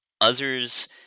Others